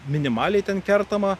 minimaliai ten kertama